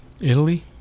Italy